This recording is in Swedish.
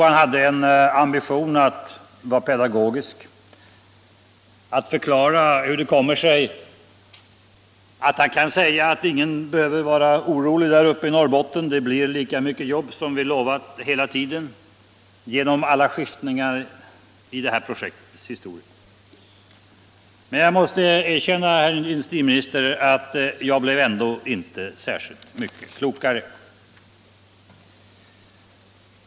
Han hade en ambition att vara pedagogisk, att förklara hur det kommer sig att han kan säga att ingen behöver vara orolig uppe i Norrbotten för det inte blir lika många jobb som lovats hela tiden, under alla skiftningar i det här projektets historia. Men jag måste erkänna, herr industriminister, att jag blev ändå inte särskilt mycket klokare.